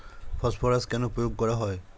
Phosphorus কেন প্রয়োগ করা হয়?